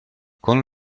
con